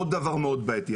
זה עוד דבר מאוד בעייתי.